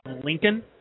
Lincoln